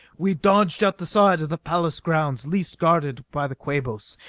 we dodged out the side of the palace grounds least guarded by the quabos,